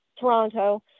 Toronto